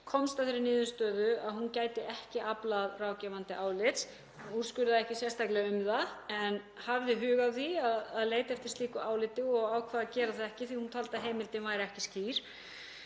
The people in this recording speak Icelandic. komst að þeirri niðurstöðu að hún gæti ekki aflað ráðgefandi álits, hún úrskurðaði ekki sérstaklega um það en hafði hug á því að leita eftir slíku áliti og ákvað að gera það ekki því að hún taldi að heimildin væri ekki skýr.